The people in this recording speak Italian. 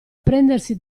prendersi